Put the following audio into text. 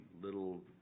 little